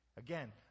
Again